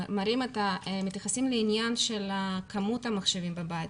אנחנו מתייחסים לעניין של כמות המחשבים בבית.